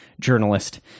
journalist